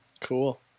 Cool